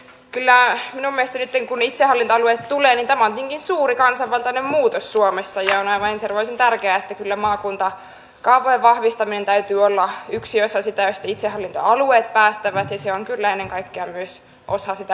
kyllä minun mielestäni nytten kun itsehallintoalueet tulevat tämä on tietenkin suuri kansanvaltainen muutos suomessa ja on kyllä aivan ensiarvoisen tärkeää että maakuntakaavojen vahvistaminen on yksi osa sitä mistä itsehallintoalueet päättävät ja se on kyllä ennen kaikkea myös osa sitä norminpurkua